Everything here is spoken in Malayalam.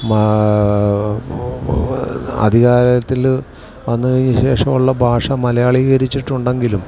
അധികാരത്തിൽ വന്ന് കഴിഞ്ഞ് ശേഷമുള്ള ഭാഷ മലയാളീകരിച്ചിട്ടുണ്ടെങ്കിലും